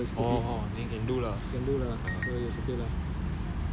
no no no it's not can come back can come back twenty minutes only lah the scopy